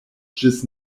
ĝis